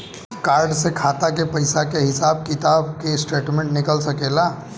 Card से खाता के पइसा के हिसाब किताब के स्टेटमेंट निकल सकेलऽ?